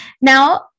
now